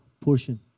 portion